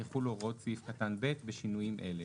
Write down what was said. יחולו הוראות סעיף קטן (ב) בשינויים אלה: